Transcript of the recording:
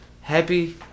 happy